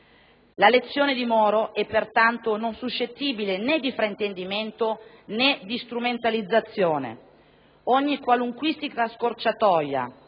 La lezione di Moro è pertanto non suscettibile di fraintendimento, né di strumentalizzazione. Ogni qualunquistica scorciatoia